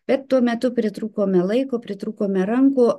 bet tuo metu pritrūkome laiko pritrūkome rankų